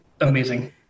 amazing